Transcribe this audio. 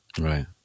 Right